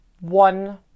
one